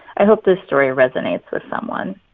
i hope this story resonates with someone.